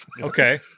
Okay